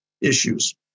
issues